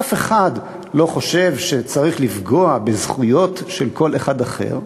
אף אחד לא חושב שצריך לפגוע בזכויות של כל אחד אחר,